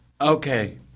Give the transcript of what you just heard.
okay